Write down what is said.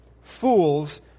Fools